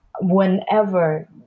whenever